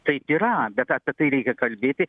taip yra bet apie tai reikia kalbėti